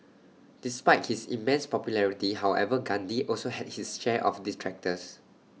despite his immense popularity however Gandhi also had his share of detractors